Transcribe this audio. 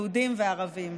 יהודים וערבים.